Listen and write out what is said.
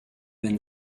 been